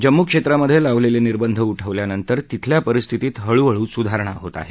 जम्मू क्षेत्रामधे लावलेले निर्बंध उठवल्यानंतर तिथल्या परिस्थितीत हळूहळू सुधारणा होत आहे